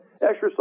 exercise